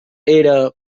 era